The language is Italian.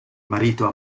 marito